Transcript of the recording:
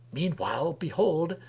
meanwhile behold,